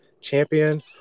champion